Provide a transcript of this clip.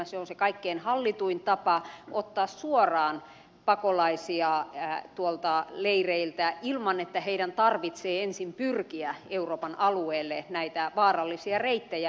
se on se kaikkein hallituin tapa ottaa suoraan pakolaisia leireiltä ilman että heidän tarvitsee ensin pyrkiä euroopan alueelle näitä vaarallisia reittejä myöten